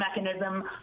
Mechanism